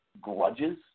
grudges